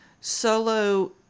Solo